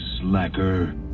slacker